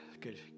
Good